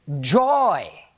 joy